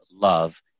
love